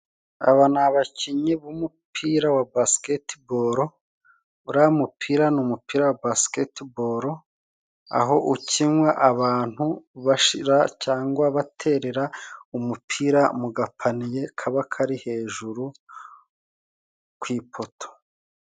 Aba ni abakinnyi b'umupira wa basiketiboro, ura mupira ni umupira wa basiketiboro, aho ukinwa abantu bashira cyangwa baterera umupira mu gapaniye kaba kari hejuru ku ipoto.